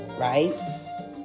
right